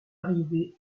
arrivé